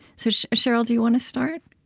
so, sheryl, do you want to start?